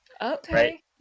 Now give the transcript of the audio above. okay